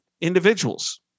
individuals